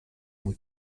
muy